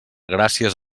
gràcies